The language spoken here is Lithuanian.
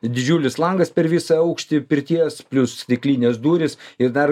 didžiulis langas per visą aukštį pirties plius stiklinės durys ir dar